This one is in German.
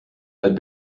alt